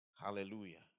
Hallelujah